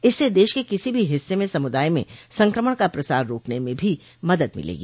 इससे देश के किसी भी हिस्से में समुदाय म संक्रमण का प्रसार रोकने में भी मदद मिलेगी